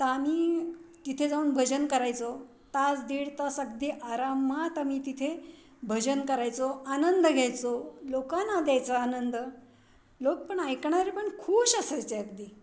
तर आम्ही तिथे जाऊन भजन करायचो तास दीड तास अगदी आरामात आम्ही तिथे भजन करायचो आनंद घ्यायचो लोकांना द्यायचा आनंद लोक पण ऐकणारे पण खुश असायचे अगदी